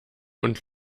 und